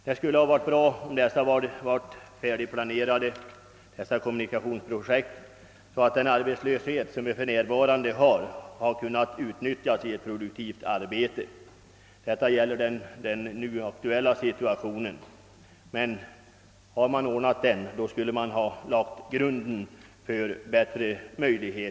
Det hade varit bra om kommunikationsprojekten varit färdigplanerade, så att de som nu är arbetslösa kunnat utnyttjas i produktivt arbete. Detta gäller den aktuella situationen, men om man klarat denna skulle grunden ha lagts för en bättre utveckling.